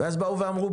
ואז באו ואמרו,